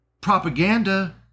propaganda